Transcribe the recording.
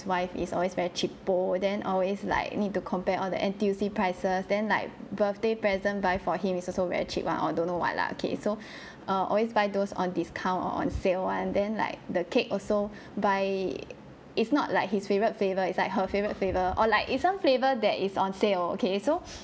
wife is always very cheapo then always like you need to compare all the N_T_U_C prices then like birthday present buy for him is also very cheap one or don't know what lah okay so err always buy those on discount or on sale [one] then like the cake also buy it's not like his favourite flavour is like her favourite flavour or like it's some flavour that is on sale okay so